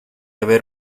haber